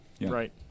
Right